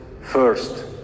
first